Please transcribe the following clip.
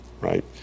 right